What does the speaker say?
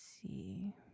see